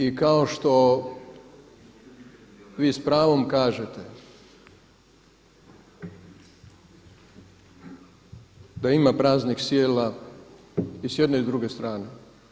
I kao što vi s pravom kažete da ima praznih sijela i s jedne i s druge strane.